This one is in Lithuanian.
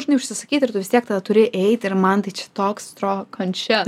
žinai užsisakyt ir tu vis tiek tada turi eit ir man tai čia toks atrodo kančia